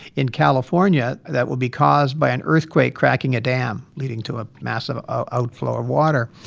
in california that will be caused by an earthquake cracking a dam leading to a massive ah outflow of water?